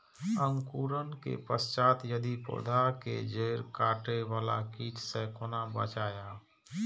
अंकुरण के पश्चात यदि पोधा के जैड़ काटे बाला कीट से कोना बचाया?